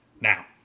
Now